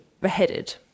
beheaded